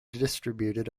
distributed